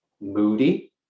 moody